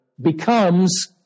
becomes